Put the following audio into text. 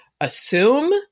assume